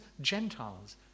Gentiles